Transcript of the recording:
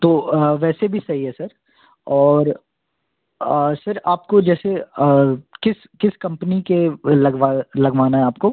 तो वैसे भी सही है सर और सर आपको जैसे किस किस कम्पनी के लगवा लगवाना है आपको